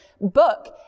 book